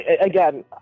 again